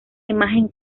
imagen